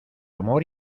amor